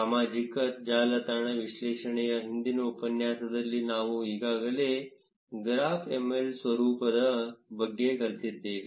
ಸಾಮಾಜಿಕ ಜಾಲತಾಣ ವಿಶ್ಲೇಷಣೆಯ ಹಿಂದಿನ ಉಪನ್ಯಾಸದಲ್ಲಿ ನಾವು ಈಗಾಗಲೇ graphml ಸ್ವರೂಪದ ಬಗ್ಗೆ ಕಲಿತಿದ್ದೇವೆ